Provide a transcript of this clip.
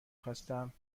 خواستم